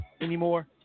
anymore